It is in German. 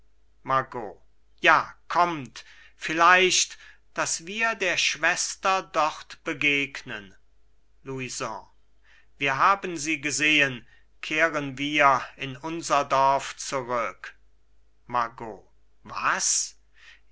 margot ja kommt vielleicht daß wir der schwester dort begegnen louison wir haben sie gesehen kehren wir in unser dorf zurück margot was